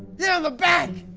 yeah the back.